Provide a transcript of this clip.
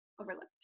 overlooked